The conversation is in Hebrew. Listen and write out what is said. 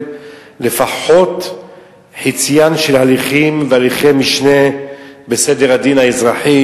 לפחות חציים של ההליכים והליכי המשנה בסדר הדין האזרחי,